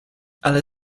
ale